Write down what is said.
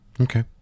Okay